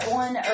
one